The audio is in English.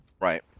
Right